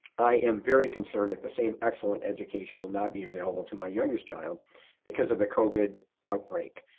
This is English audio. i am very concerned at the same excellent education will not be available to my youngest child because of the covid outbreak.